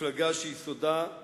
מפלגה שיסודה,